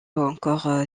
encore